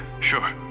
Sure